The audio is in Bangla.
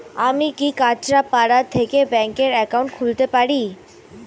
আমি কি কাছরাপাড়া থেকে ব্যাংকের একাউন্ট খুলতে পারি?